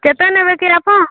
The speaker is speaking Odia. କେତେ ନେବେ କି ଆପଣ